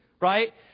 right